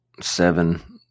seven